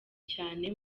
cyane